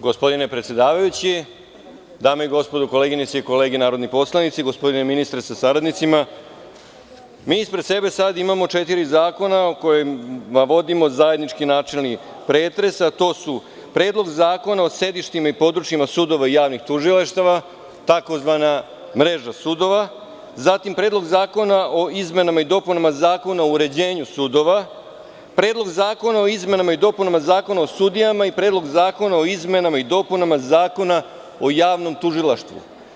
Gospodine predsedavajući, dame i gospodo, koleginice i kolege narodni poslanici, gospodine ministre sa saradnicima, mi ispred sebe sada imamo četiri zakona kojima vodimo zajednički načelni pretres, a to su Predlog zakona o sedištima i područjima sudova i javnih tužilaštava, takozvana mreža sudova, zatim Predlog zakona o izmenama i dopunama Zakona o uređenju sudova, Predlog zakona o izmenama i dopunama Zakona o sudijama i Predlog zakona o izmenama i dopunama Zakona o javnom tužilaštvu.